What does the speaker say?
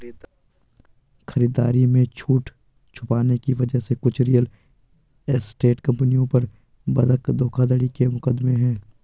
खरीदारी में छूट छुपाने की वजह से कुछ रियल एस्टेट कंपनियों पर बंधक धोखाधड़ी के मुकदमे हैं